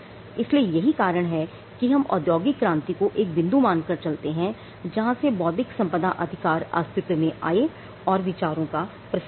इसलिए यही कारण है कि हम औद्योगिक क्रांति को एक बिंदु मानकर चलते हैं जहां से बौद्धिक संपदा अधिकार अस्तित्व में आए और विचारों का प्रसार हुआ